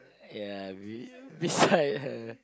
ya be~ beside her